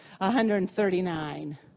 139